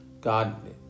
God